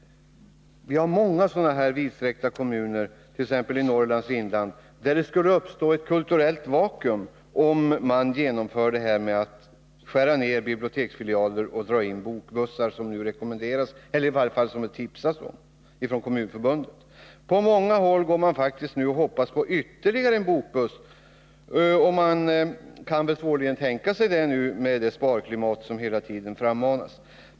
Vi har många vidsträckta kommuner, t.ex. i Norrlands inland, där det skulle uppstå ett kulturellt vakuum, om man skulle skära ned när det gäller biblioteksfilialer och bokbussar — som nu rekommenderas eller i varje fall tipsas om från Kommunförbundets sida. På många håll går man nu faktiskt och hoppas på ytterligare en bokbuss, men en sådan kan väl svårligen anskaffas med tanke på det sparklimat som man hela tiden verkar för.